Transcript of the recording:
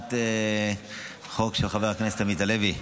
הצעת החוק של חבר הכנסת עמית הלוי,